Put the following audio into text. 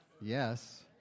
Yes